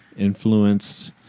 influenced